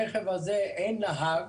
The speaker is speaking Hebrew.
ברכב הזה אין נהג,